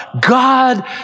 God